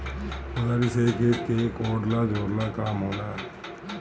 कुदारी से खेत के कोड़ला झोरला के काम होला